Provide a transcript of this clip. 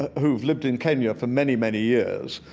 who've lived in kenya for many, many years,